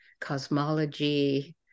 cosmology